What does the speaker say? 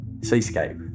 Seascape